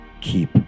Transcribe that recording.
keep